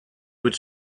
would